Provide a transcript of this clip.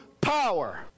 power